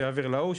שיעביר להוא,